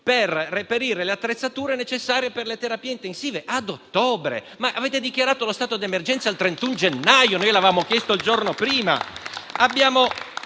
per reperire le attrezzature necessarie per le terapie intensive). Questo ad ottobre, ma avete dichiarato lo stato d'emergenza il 31 gennaio e noi lo avevamo chiesto il giorno prima.